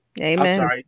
Amen